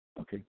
okay